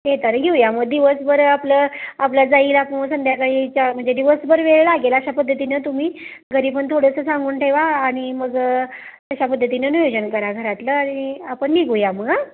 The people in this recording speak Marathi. ते येताना घेऊया मग दिवसभर आपलं आपल्या जाईल आपण संध्याकाळी चार म्हणजे दिवसभर वेळ लागेल अशा पद्धतीनं तुम्ही घरी पण थोडंसं सांगून ठेवा आणि मग तशा पद्धतीनं नियोजन करा घरातलं आणि आपण निघूया मग हा